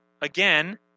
Again